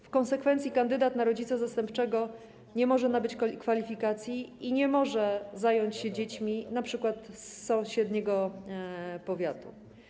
W konsekwencji kandydat na rodzica zastępczego nie może nabyć kwalifikacji i zająć się dziećmi np. z sąsiedniego powiatu.